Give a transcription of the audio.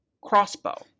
crossbow